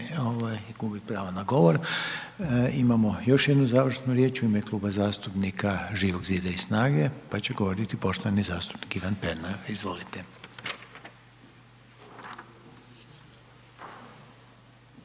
ga, gubi pravo na govor. Imamo još jednu završnu riječ u ime Kluba zastupnika Živog zida i SNAGA-e pa će govoriti poštovani zastupnik Ivan Pernar. Izvolite.